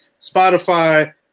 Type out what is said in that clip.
Spotify